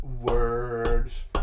Words